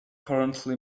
currently